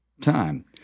time